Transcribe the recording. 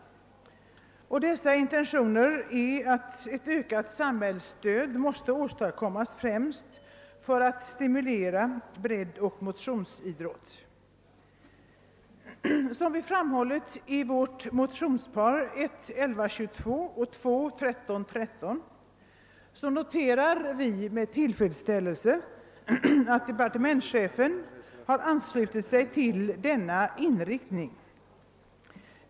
Dessa intentioner är att ett ökat samhällsstöd måste åstadkommas främst för att stimulera breddoch motionsidrotten. Som vi framhållit i vårt motionspar 1: 1122 och II: 1313 noterar vi med till fredsställelse att departementschefen har anslutit sig till denna inriktning.